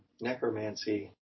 necromancy